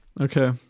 Okay